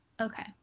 Okay